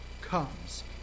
comes